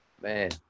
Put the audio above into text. Man